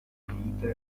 mite